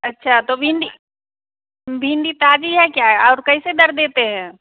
अच्छा तो भिन्डी भिन्डी ताजी है क्या और कैसे दर देते हैं